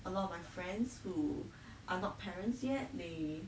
a lot of my friends who are not parents yet they